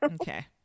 Okay